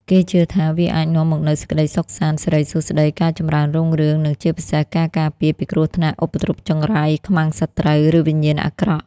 គេជឿថាវាអាចនាំមកនូវសេចក្តីសុខសាន្ត សិរីសួស្តី ការចម្រើនរុងរឿង និងជាពិសេស ការការពារ ពីគ្រោះថ្នាក់ ឧបទ្រពចង្រៃ ខ្មាំងសត្រូវ ឬវិញ្ញាណអាក្រក់